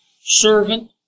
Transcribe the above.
servant